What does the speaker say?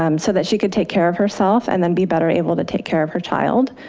um so that she could take care of herself and then be better able to take care of her child.